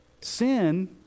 Sin